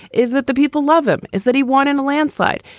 is that the people love him. is that he won in a landslide?